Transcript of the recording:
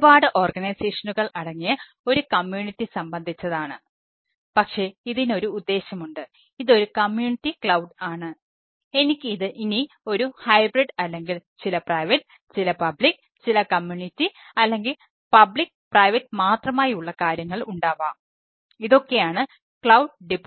ഒരുപാട് ഓർഗനൈസേഷനുകൾ